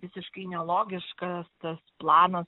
visiškai nelogiškas tas planas